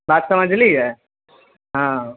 बात समझलिए हँ